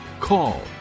call